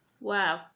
wow